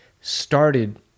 started